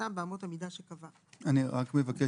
אנחנו מדברים על תהליך הכשרה של חיית סיוע.